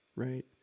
right